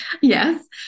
Yes